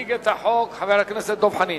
יציג את החוק חבר הכנסת דב חנין.